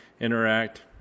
interact